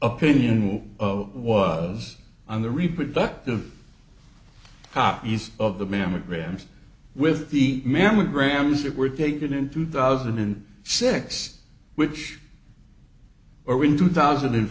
opinion will was on the reproductive copies of the mammograms with the mammograms that were taken in two thousand and six which are in two thousand and